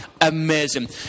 amazing